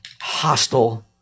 hostile